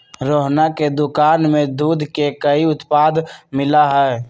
रोहना के दुकान में दूध के कई उत्पाद मिला हई